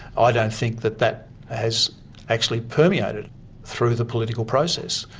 i don't think that that has actually permeated through the political process.